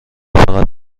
فقط